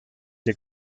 que